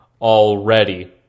already